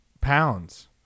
pounds